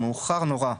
מאוחר נורא,